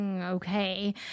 okay